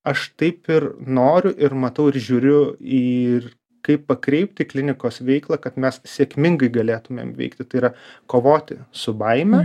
aš taip ir noriu ir matau ir žiūriu ir kaip pakreipti klinikos veiklą kad mes sėkmingai galėtumėm veikti tai yra kovoti su baime